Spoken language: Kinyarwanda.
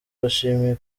bashimiye